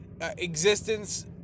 existence